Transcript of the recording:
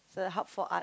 a hub for art